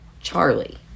Charlie